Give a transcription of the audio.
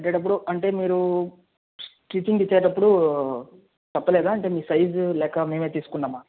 అంటే డబలు అంటే మీరు స్టిచ్చింగ్కి ఇచ్చేటప్పుడు చెప్పలేదా అంటే మీ సైజు లేక మేమే తీసుకున్నామా